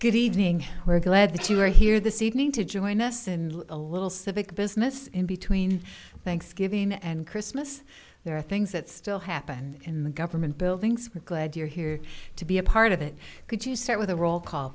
good evening we're glad that you are here this evening to join us in a little civic business in between thanksgiving and christmas there are things that still happen in the government buildings we're glad you're here to be a part of it could you start with a roll call